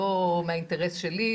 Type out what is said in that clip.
לא מהאינטרס שלי,